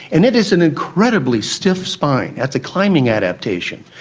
and it is an incredibly stiff spine. that's a climbing adaptation.